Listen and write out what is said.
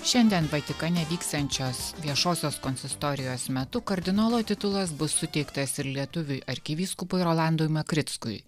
šiandien vatikane vyksiančios viešosios konsistorijos metu kardinolo titulas bus suteiktas ir lietuviui arkivyskupui rolandui makrickų ui